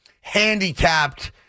handicapped